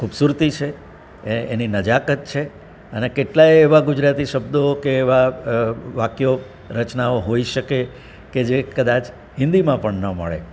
ખૂબસુરતી છે એ એની નજાકત છે અને કેટલાય એવા ગુજરાતી શબ્દો કે એવા વાક્યો રચનાઓ હોઈ શકે કે જે કદાચ હિન્દીમાં પણ ન મળે